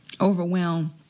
overwhelmed